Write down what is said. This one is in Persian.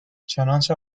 چنانچه